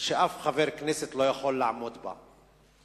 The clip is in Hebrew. שאף חבר כנסת לא יכול לעמוד בה.